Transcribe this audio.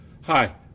Hi